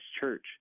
church